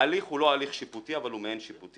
ההליך הוא לא הליך שיפוטי, אבל הוא מעין שיפוטי.